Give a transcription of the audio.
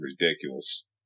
ridiculous